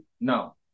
No